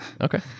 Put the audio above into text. okay